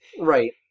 Right